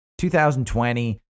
2020